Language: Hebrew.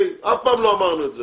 אף פעם לא אמרנו את זה,